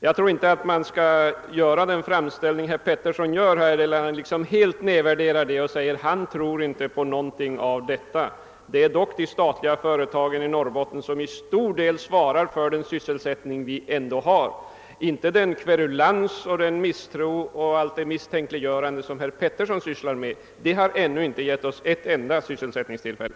Jag tror inte att man bör framställa saken på det sätt som herr Petersson gör. Han säger att han inte tror på någonting av allt detta. Det är dock till stor del de statliga företagen i Norrbotten som svarar för den sysselsättning vi har. Den kverulans och det misstänkliggörande som herr Petersson ägnar sig åt har ännu inte givit oss ett enda sysselsättningstillfälle.